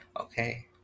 Okay